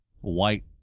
white